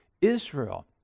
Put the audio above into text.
Israel